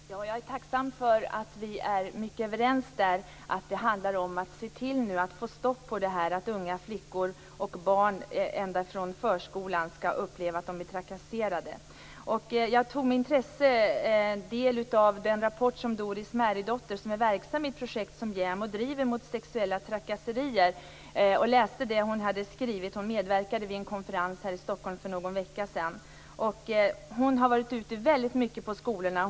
Fru talman! Jag är tacksam för att vi är överens om att det handlar om att se till att få stopp på att unga flickor och barn ända från förskolan skall behöva uppleva att de blir trakasserade. Jag tog med intresse del av den rapport som Doris Marydotter skrivit. Hon är verksam i ett projekt som JämO driver mot sexuella trakasserier och medverkade vid en konferens här i Stockholm för någon vecka sedan. Hon har varit ute väldigt mycket på skolorna.